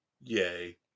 Yay